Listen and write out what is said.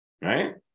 Right